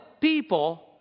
people